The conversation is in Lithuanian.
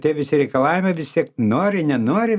tie visi reikalavimai vis tiek nori nenori